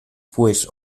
pues